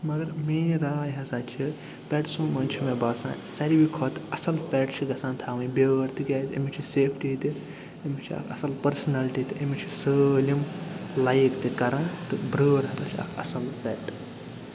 مگر میٛٲنۍ راے ہَسا چھِ پٮ۪ٹسو منٛز چھِ مےٚ باسان ساروٕے کھۄتہٕ اصٕل پٮ۪ٹ چھُ گَژھان تھاوٕنۍ بیٛٲر تِکیٛازِ أمِس چھِ سیفٹی تہِ أمِس چھِ اکھ اَصٕل پٔرسٕنلٹی تہِ أمس چھُ سٲلِم لایِک تہِ کَران تہٕ برٛٲر ہسا چھِ اکھ اصٕل پٮ۪ٹ